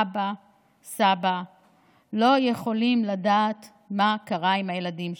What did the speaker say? אבא וסבא לא יכולים לדעת מה קרה עם הילדים שלהם.